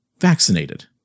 vaccinated